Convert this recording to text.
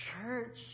church